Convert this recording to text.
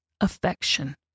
affection